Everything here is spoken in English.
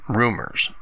rumors